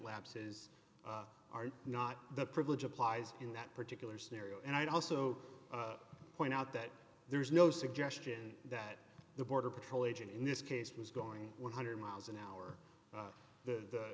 lapses are not the privilege applies in that particular scenario and i'd also point out that there is no suggestion that the border patrol agent in this case was going one hundred miles an hour